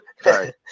sorry